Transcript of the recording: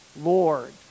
Lord